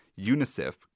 UNICEF